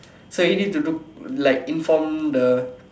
so he need to do like inform the